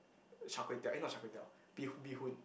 Char-Kway-Teow eh not Char-Kway-Teow bee bee-hoon